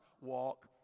walk